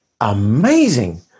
amazing